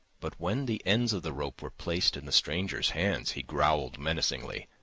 but when the ends of the rope were placed in the stranger's hands, he growled menacingly.